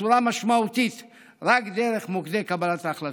בצורה משמעותית רק דרך מוקדי קבלת ההחלטות.